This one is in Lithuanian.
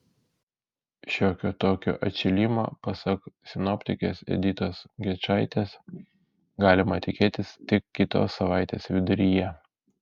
šiokio tokio atšilimo pasak sinoptikės editos gečaitės galima tikėtis tik kitos savaitės viduryje